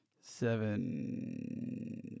Seven